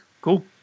cool